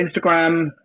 Instagram